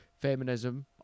feminism